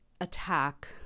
attack